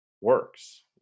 works